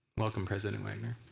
welcome president wagner.